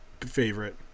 favorite